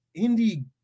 indie